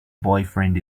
boyfriend